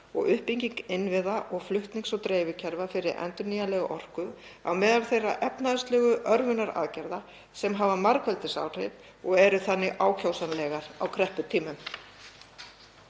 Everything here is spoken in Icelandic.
og uppbygging innviða og flutnings- og dreifikerfa fyrir endurnýjanlega orku á meðal þeirra efnahagslegu örvunaraðgerða sem hafa margfeldisáhrif og eru þannig ákjósanlegar á krepputímum.